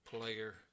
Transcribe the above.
player